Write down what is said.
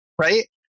right